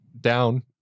down